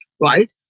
right